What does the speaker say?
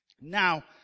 now